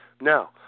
Now